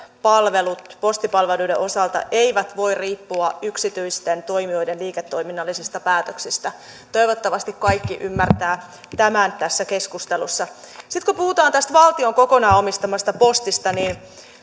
palvelut postipalveluiden osalta eivät voi riippua yksityisten toimijoiden liiketoiminnallisista päätöksistä toivottavasti kaikki ymmärtävät tämän tässä keskustelussa sitten kun puhutaan tästä valtion kokonaan omistamasta postista niin